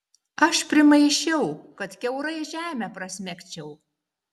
aš primaišiau kad kiaurai žemę prasmegčiau